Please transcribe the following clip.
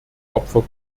opfer